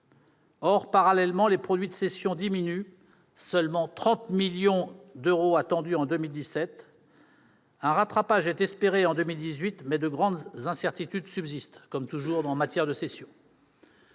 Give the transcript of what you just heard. Or, parallèlement, les produits de cession diminuent- seulement 30 millions d'euros attendus en 2017. Un rattrapage est espéré en 2018, mais de grandes incertitudes subsistent, comme toujours en matière de cession.